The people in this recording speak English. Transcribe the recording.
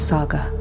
Saga